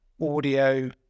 audio